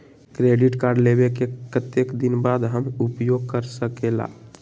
Credit card लेबे के कतेक दिन बाद हम उपयोग कर सकेला?